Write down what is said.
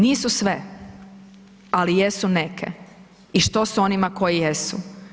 Nisu sve, ali jesu neke i što s onima koje jesu.